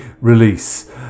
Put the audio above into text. release